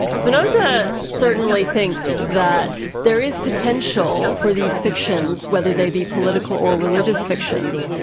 spinoza certainly thinks that there is potential for these fictions, whether they be political or religious fictions,